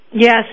Yes